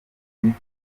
gitifu